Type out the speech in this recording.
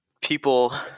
people –